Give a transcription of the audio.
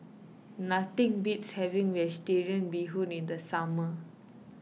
nothing beats having Vegetarian Bee Hoon in the summer